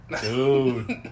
Dude